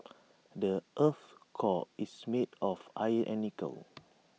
the Earth's core is made of iron and nickel